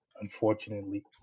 unfortunately